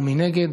ומי נגד?